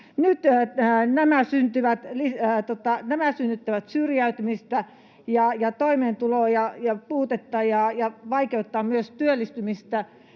nämä synnyttävät syrjäytymistä ja toimeentulon puutetta ja vaikeuttavat myös työllistymistä,